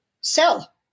Sell